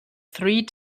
three